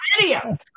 video